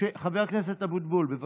חבר הכנסת אבוטבול, בבקשה.